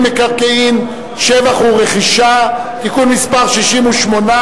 נתנו הזדמנות לחברי הכנסת להפעיל את שיקול דעתם באופן נפרד על כל חוק.